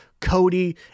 Cody